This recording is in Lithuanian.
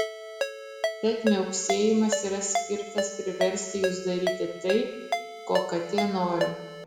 tad miauksėjimas yra skirtas priversti jus daryti tai ko katė nori